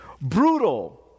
brutal